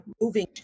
moving